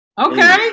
Okay